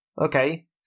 okay